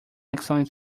excellent